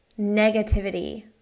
negativity